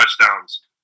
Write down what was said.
touchdowns